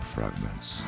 Fragments